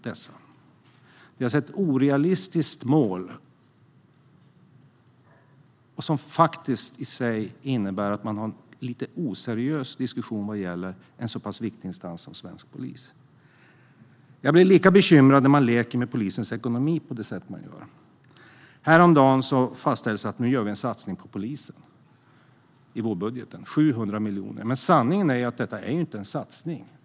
Det är alltså ett orealistiskt mål som faktiskt i sig innebär att man för en lite oseriös diskussion vad gäller en så pass viktig instans som svensk polis. Jag blir lika bekymrad när man leker med polisens ekonomi på det sätt man gör. Häromdagen fastställdes det att nu gör vi en satsning på polisen i vårbudgeten - 700 miljoner. Men sanningen är ju att detta inte är en satsning.